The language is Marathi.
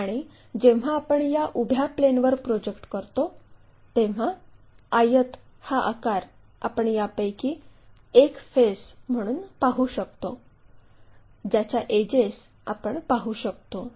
आणि जेव्हा आपण या उभ्या प्लेनवर प्रोजेक्ट करतो तेव्हा आयत हा आकार आपण यापैकी एक फेस म्हणून पाहू शकतो ज्याच्या एडजेस आपण पाहू शकतो